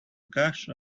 gush